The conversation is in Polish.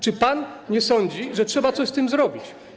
Czy pan nie sądzi, że trzeba coś z tym zrobić?